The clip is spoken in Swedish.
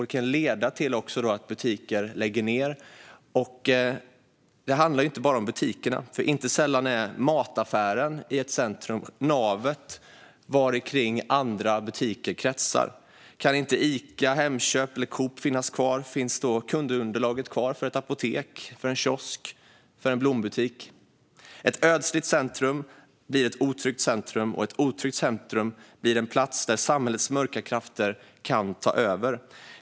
Det kan också leda till att butiker läggs ned. Och det handlar inte bara om butikerna. Inte sällan är mataffären i ett centrum navet varikring andra butiker kretsar. Kan inte Ica, Hemköp eller Coop finnas kvar, finns då kundunderlaget kvar för ett apotek, en kiosk eller en blombutik? Ett ödsligt centrum blir ett otryggt centrum, och ett otryggt centrum blir en plats där samhällets mörka krafter kan ta över.